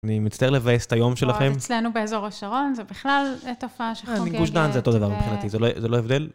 אני מצטער לבאס את היום שלכם. אצלנו באזור השרון זה בכלל תופעה שחוגגת. גוש דן זה אותו דבר מבחינתי, זה לא הבדל.